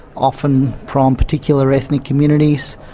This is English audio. often from particular ethnic communities,